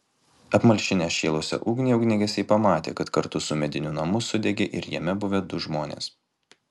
apmalšinę šėlusią ugnį ugniagesiai pamatė kad kartu su mediniu namu sudegė ir jame buvę du žmonės